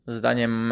zdaniem